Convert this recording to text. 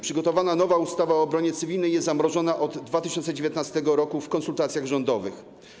Przygotowana nowa ustawa o obronie cywilnej jest zamrożona od 2019 r. w konsultacjach rządowych.